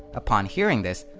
upon hearing this,